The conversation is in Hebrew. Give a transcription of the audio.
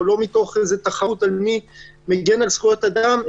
או לא מתוך ביקורת מי מגן על זכויות אדם,